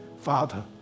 Father